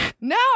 No